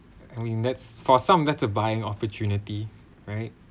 I means that's for some that's a buying opportunity right